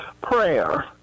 prayer